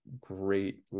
great